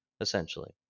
essentially